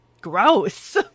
Gross